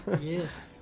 Yes